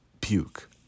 puke